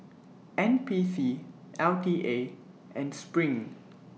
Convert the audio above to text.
N P C L T A and SPRING